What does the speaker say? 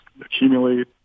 accumulate